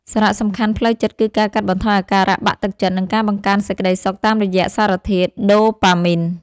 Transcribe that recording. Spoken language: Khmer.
សារៈសំខាន់ផ្លូវចិត្តគឺការកាត់បន្ថយអាការៈបាក់ទឹកចិត្ត និងការបង្កើនសេចក្ដីសុខតាមរយៈសារធាតុដូប៉ាមីន។